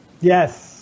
Yes